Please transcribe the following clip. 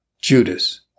Judas